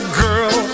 girl